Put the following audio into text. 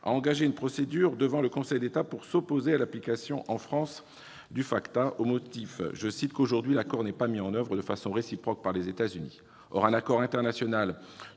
a engagé une procédure devant le Conseil d'État pour s'opposer à l'application en France du FATCA, au motif que ;« aujourd'hui, l'accord n'est pas mis en oeuvre de façon réciproque par les États-Unis. Or un accord international